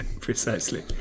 precisely